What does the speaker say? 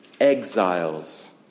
exiles